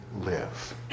live